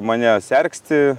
mane sergsti